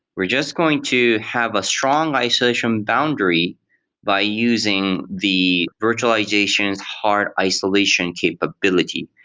we're just going to have a strong isolation boundary by using the virtualization's hard isolation capability.